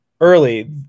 early